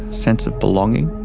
sense of belonging.